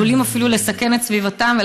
ועלולים אפילו לסכן את סביבתם.